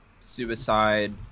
suicide